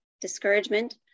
discouragement